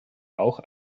auch